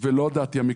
ולא דעתי המקצועית,